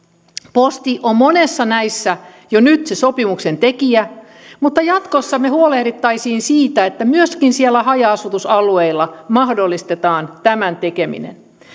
posti on monissa näissä jo nyt se sopimuksen tekijä mutta jatkossa me huolehtisimme siitä että myöskin siellä haja asutusalueilla mahdollistetaan tämän tekeminen